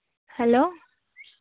hello